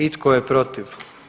I tko je protiv?